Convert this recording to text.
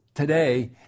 today